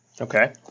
Okay